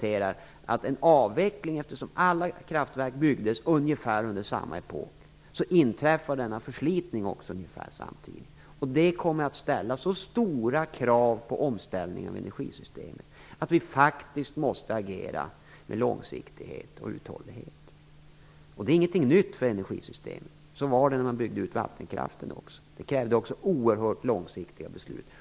Eftersom alla kärnkraftverk byggdes under ungefär samma epok, inträffar också förslitningen ungefär samtidigt. Det kommer att ställa så stora krav på omställning av energisystemet att vi faktiskt måste agera med långsiktighet och uthållighet. Det är inget nytt för energisystemet. Så var det också när man byggde ut vattenkraften. Det krävde också oerhört långsiktiga beslut.